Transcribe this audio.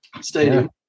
Stadium